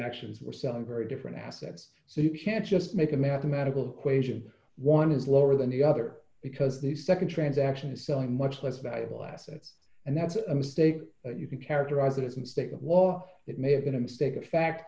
actions were selling very different assets so you can't just make a mathematical equation one is lower than the other because the nd transaction is selling much less valuable assets and that's a mistake you can characterize it as a mistake and wall it may have been a mistake of fact